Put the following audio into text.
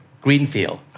greenfield